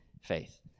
faith